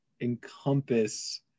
encompass